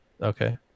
Okay